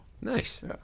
Nice